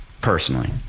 personally